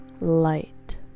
light